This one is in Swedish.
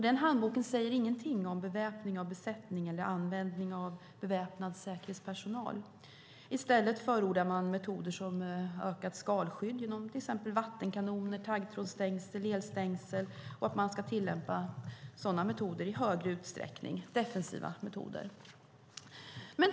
Den handboken säger ingenting om beväpning av besättning eller användning av beväpnad säkerhetspersonal. I stället förordar man att defensiva metoder tillämpas i högre utsträckning, som ökat skalskydd genom till exempel vattenkanoner, taggtrådsstängsel och elstängsel.